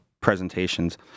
presentations